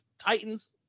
Titans